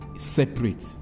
separate